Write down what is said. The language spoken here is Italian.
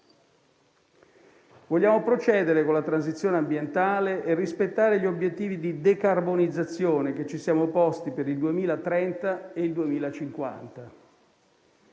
Vogliamo procedere con la transizione ambientale e rispettare gli obiettivi di decarbonizzazione che ci siamo posti per il 2030 e il 2050.